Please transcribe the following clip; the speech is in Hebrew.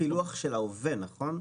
זה פילוח של ההווה, נכון?